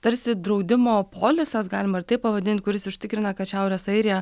tarsi draudimo polisas galima ir taip pavadint kuris užtikrina kad šiaurės airija